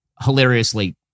hilariously